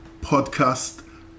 podcast